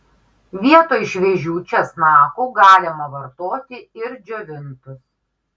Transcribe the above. vietoj šviežių česnakų galima vartoti ir džiovintus